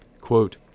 Quote